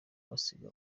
basiga